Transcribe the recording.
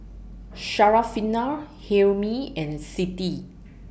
Syarafina Hilmi and Siti